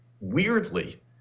weirdly